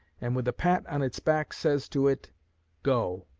and with a pat on its back says to it go,